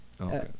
Okay